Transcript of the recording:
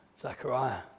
Zachariah